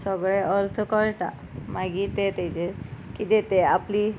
सगळे अर्थ कळटा मागीर ते ताजेर किदे तें आपली